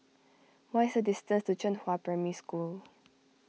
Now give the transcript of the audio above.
what is the distance to Zhenghua Primary School